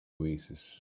oasis